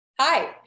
Hi